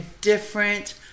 different